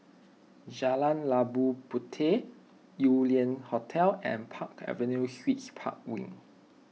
Jalan Labu Puteh Yew Lian Hotel and Park Avenue Suites Park Wing